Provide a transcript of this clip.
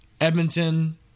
Edmonton